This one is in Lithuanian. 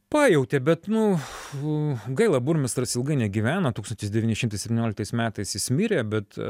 pajautė bet nu gaila burmistras ilgai negyvena tūkstantis devyni šimtai septynioliktais metais jis mirė bet